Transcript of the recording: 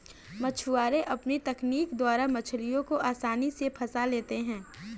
मछुआरे अपनी तकनीक द्वारा मछलियों को आसानी से फंसा लेते हैं